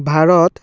Bharat